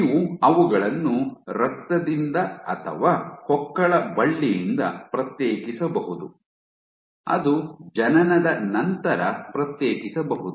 ನೀವು ಅವುಗಳನ್ನು ರಕ್ತದಿಂದ ಅಥವಾ ಹೊಕ್ಕುಳಬಳ್ಳಿಯಿಂದ ಪ್ರತ್ಯೇಕಿಸಬಹುದು ಅದು ಜನನದ ನಂತರ ಪ್ರತ್ಯೇಕಿಸಬಹುದು